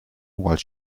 while